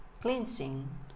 cleansing